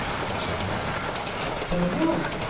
answered grettel but look,